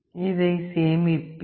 இதை சேமிப்பேன்